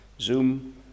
Zoom